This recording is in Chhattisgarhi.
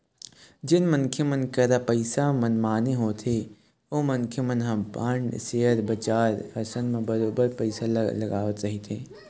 जेन मनखे मन करा पइसा मनमाने होथे ओ मनखे मन ह बांड, सेयर बजार असन म बरोबर पइसा ल लगावत रहिथे